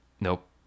nope